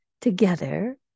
together